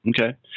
Okay